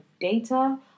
data